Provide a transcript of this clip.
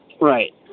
Right